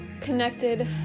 Connected